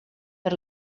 per